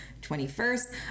21st